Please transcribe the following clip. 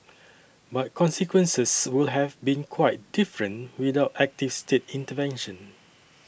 but consequences would have been quite different without active state intervention